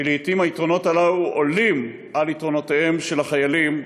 ולעתים היתרונות הללו עולים על יתרונותיהם של החיילים,